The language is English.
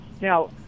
now